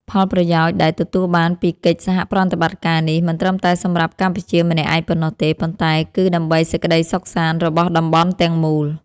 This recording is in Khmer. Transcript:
ផលប្រយោជន៍ដែលទទួលបានពីកិច្ចសហប្រតិបត្តិការនេះ មិនត្រឹមតែសម្រាប់កម្ពុជាម្នាក់ឯងប៉ុណ្ណោះទេ ប៉ុន្តែ គឺដើម្បីសេចក្តីសុខសាន្តរបស់តំបន់ទាំងមូល។